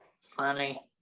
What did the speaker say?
funny